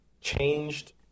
changed